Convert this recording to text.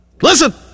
Listen